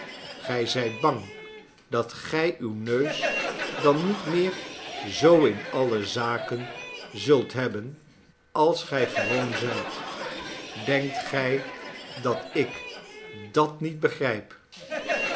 gij zijt bang dat gij uw neus dan niet meer zoo in alle zaken zult hebben als gij gewoon zijt denkt gij dat ik dat niet begrijp